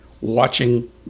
watching